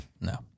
no